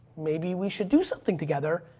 maybe we should do something together.